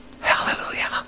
Hallelujah